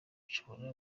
nshobora